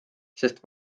sest